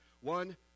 One